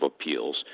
Appeals